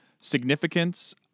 Significance